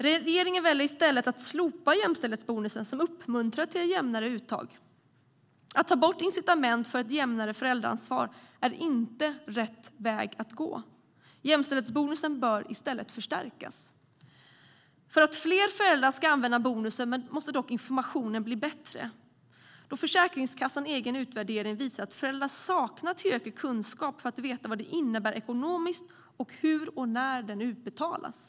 Regeringen väljer i stället att slopa jämställdhetsbonusen som uppmuntrar till ett jämnare uttag av försäkringen. Att ta bort incitament för ett jämnare föräldraansvar är inte rätt väg att gå. Jämställdhetsbonusen bör i stället förstärkas. För att fler föräldrar ska använda bonusen måste dock informationen bli bättre, då Försäkringskassans egen utvärdering visade att föräldrarna saknar tillräcklig kunskap för att veta vad det innebär ekonomiskt och hur och när bonusen utbetalas.